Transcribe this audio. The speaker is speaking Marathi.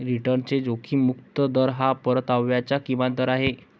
रिटर्नचा जोखीम मुक्त दर हा परताव्याचा किमान दर आहे